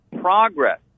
progress